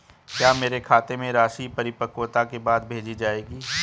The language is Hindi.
क्या मेरे खाते में राशि परिपक्वता के बाद भेजी जाएगी?